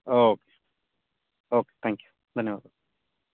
okay okay thank you ಧನ್ಯವಾದ